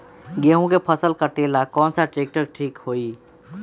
गेहूं के फसल कटेला कौन ट्रैक्टर ठीक होई?